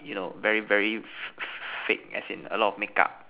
you know very very Fa~ fake as in a lot of makeup